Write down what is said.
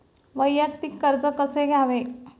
वैयक्तिक कर्ज कसे घ्यावे?